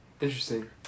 Interesting